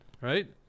Right